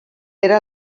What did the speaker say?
era